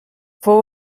fou